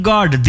God